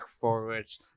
forwards